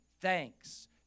thanks